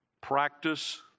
practice